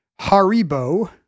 Haribo